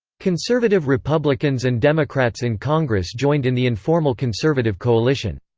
conservative republicans and democrats in congress joined in the informal conservative coalition.